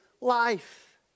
life